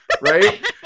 right